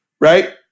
Right